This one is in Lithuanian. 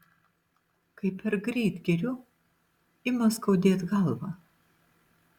kai per greit geriu ima skaudėt galvą